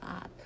up